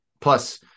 Plus